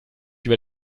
über